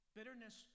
Bitterness